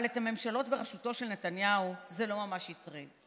אבל את הממשלות בראשותו של נתניהו זה לא ממש הטריד.